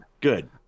Good